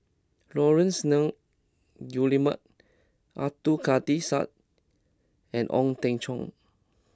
Laurence Nunns Guillemard Abdul Kadir Syed and Ong Teng Cheong